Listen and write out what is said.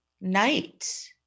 night